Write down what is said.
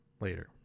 later